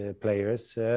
players